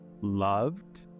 loved